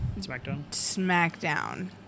SmackDown